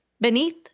Beneath